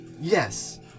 Yes